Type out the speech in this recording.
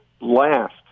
last